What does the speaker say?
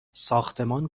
ساختمان